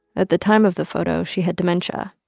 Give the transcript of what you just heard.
at the time of the photo, she had dementia.